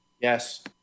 Yes